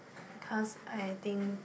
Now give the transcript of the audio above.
because I think